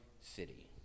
city